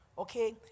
Okay